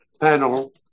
panel